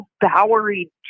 Bowery